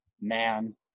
man